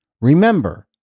remember